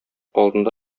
алдында